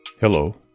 Hello